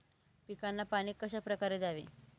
पिकांना पाणी कशाप्रकारे द्यावे?